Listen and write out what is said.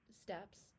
steps